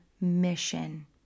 mission